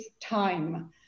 time